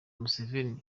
museveni